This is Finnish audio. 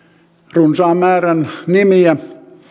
runsaan määrän nimiä se